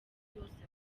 yose